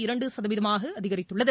இரண்டுசதவீதமாகஅதிகரித்துள்ளது